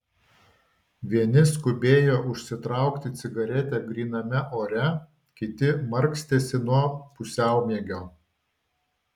vieni skubėjo užsitraukti cigaretę gryname ore kiti markstėsi nuo pusiaumiegio